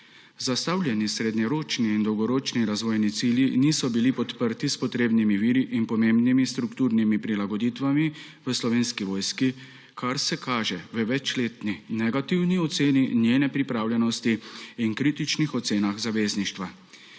Zastavljeni srednjeročni in dolgoročni razvojni cilji niso bili podpri s potrebnimi viri in pomembnimi strukturnimi prilagoditvami v Slovenski vojski, kar se kaže v večletni negativni oceni njene pripravljenosti in kritičnih ocenah zavezništva.